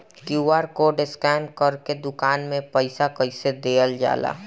QR code scan करके दुकान में पईसा कइसे देल जाला?